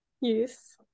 yes